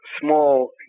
small